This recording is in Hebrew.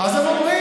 אז הם אומרים,